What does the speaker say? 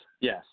yes